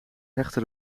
hechtte